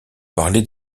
parler